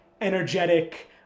energetic